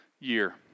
year